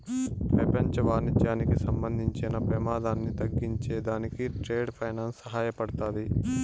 పెపంచ వాణిజ్యానికి సంబంధించిన పెమాదాన్ని తగ్గించే దానికి ట్రేడ్ ఫైనాన్స్ సహాయపడతాది